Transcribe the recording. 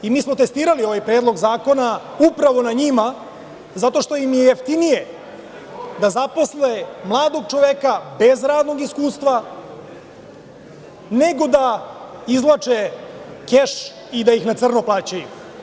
Mi smo testirali ovaj predlog zakona upravo na njima, zato što im je jeftinije da zaposle mladog čoveka bez radnog iskustva, nego da izvlače keš i da ih na crno plaćaju.